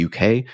UK